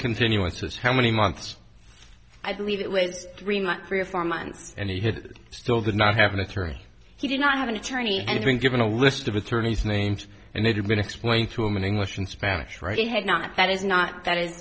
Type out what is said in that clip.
continuances how many months i believe it was three month three or four months and he still did not have an attorney he did not have an attorney and been given a list of attorneys names and it had been explained to him in english and spanish right he had not that is not that i